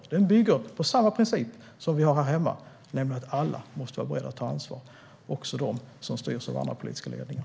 Den lösningen bygger på samma princip som vi har här hemma, nämligen att alla måste vara beredda att ta ansvar, också de som styrs av andra politiska ledningar.